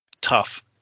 tough